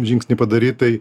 žingsnį padaryt tai